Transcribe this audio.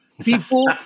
People